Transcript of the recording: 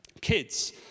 kids